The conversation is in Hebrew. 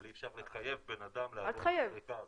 אבל אי-אפשר לחייב בן אדם לעבור את הסריקה הזאת.